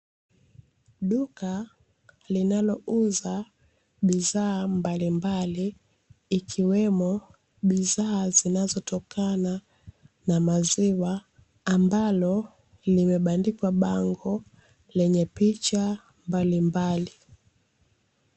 Duka linalouza bidhaa mbalimbali ikiwemo bidhaa zinazotokana na maziwa ambalo, limebandikwa bango lenye picha mbalimbali.